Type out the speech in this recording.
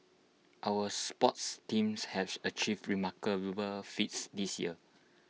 our sports teams have achieved remarkable feats this year